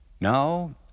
Now